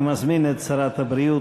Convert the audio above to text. אני מזמין את שרת הבריאות,